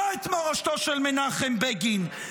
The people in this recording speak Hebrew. לא את מורשתו של מנחם בגין.